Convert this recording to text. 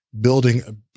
building